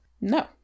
no